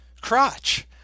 crotch